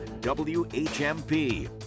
WHMP